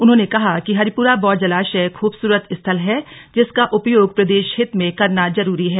उन्होंने कहा कि हरिपुरा बौर जलाशय खबसरत स्थल है जिसका उपयोग प्रदेश हित में करना जरूरी है